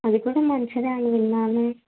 అది కూడా మంచిదే అని విన్నాను